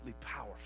powerful